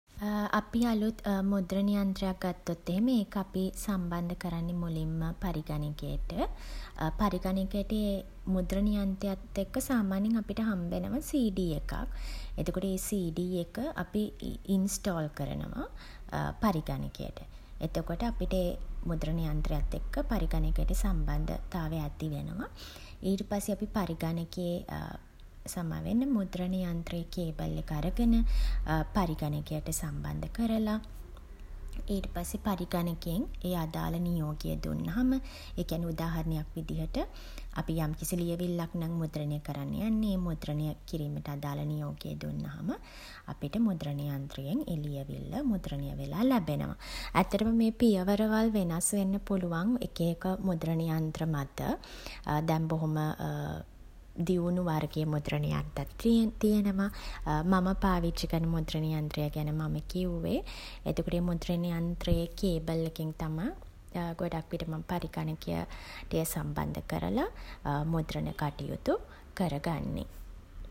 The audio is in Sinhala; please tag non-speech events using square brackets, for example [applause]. [hesitation] අපි අලුත් [hesitation] මුද්‍රණ යන්ත්‍රයක් ගත්තොත් එහෙම ඒක අපි සම්බන්ධ කරන්නේ මුලින්ම පරිඝනකයට. පරිඝනකයට ඒ මුද්‍රණ යන්ත්‍රයත් එක්ක සාමාන්‍යයෙන් අපිට හම්බෙනවා සීඩී එකක්. එතකොට ඒ සීඩී එක අපි ඉන්ස්ටෝල් කරනවා [hesitation] පරිඝනකයට. එතකොට අපිට ඒ මුද්‍රණ යන්ත්‍රයත් එක්ක පරිඝනකයට සම්බන්ධතාවය ඇති වෙනවා. ඊට පස්සේ අපි පරිඝනකයේ [hesitation] සමාවෙන්න මුද්‍රණ යන්ත්‍රයේ කේබල් එක අරගෙන [hesitation] පරිඝනකයට සම්බන්ධ කරලා [hesitation] ඊට පස්සේ පරිඝනකයෙන් ඒ අදාළ නියෝගය දුන්නහම ඒ කියන්නේ උදාහරණයක් විදිහට අපි යම්කිසි ලියවිල්ලක් නම් මුද්‍රණය කරන්න යන්නේ ඒ මුද්‍රණය කිරීමට අදාළ නියෝගය දුන්නහම අපිට මුද්‍රණ යන්ත්‍රයෙන් ඒ ලියවිල්ල මුද්‍රණය වෙලා ලැබෙනවා. ඇත්තටම මේ පියවරවල් වෙනස් වෙන්න පුළුවන් එක එක මුද්‍රණ යන්ත්‍ර මත. [hesitation] දැන් බොහොම [hesitation] දියුණු වර්ගයේ මුද්‍රණ යන්ත්‍රත් [hesitation] තියෙනවා. [hesitation] මම පාවිච්චි කරන මුද්‍රණ යන්ත්‍රය ගැන මම කිව්වේ. එතකොට ඒ මුද්‍රණ යන්ත්‍රයෙ කේබල් එකෙන් තමයි ගොඩක් විට මම පරිගණකයට එය සම්බන්ධ කරලා [hesitation] මුද්‍රණ කටයුතු කරගන්නේ.